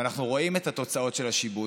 ואנחנו רואים את התוצאות של השיבוט,